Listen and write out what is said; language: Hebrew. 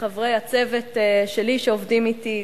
לחברי הצוות שלי שעובדים אתי,